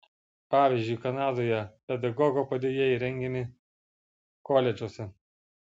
pavyzdžiui kanadoje pedagogo padėjėjai rengiami koledžuose